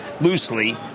loosely